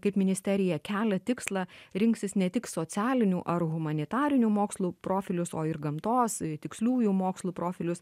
kaip ministerija kelia tikslą rinksis ne tik socialinių ar humanitarinių mokslų profilius o ir gamtos tiksliųjų mokslų profilius